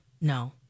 No